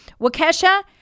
Wakesha